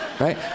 right